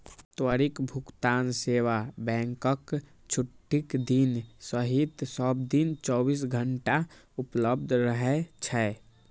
त्वरित भुगतान सेवा बैंकक छुट्टीक दिन सहित सब दिन चौबीसो घंटा उपलब्ध रहै छै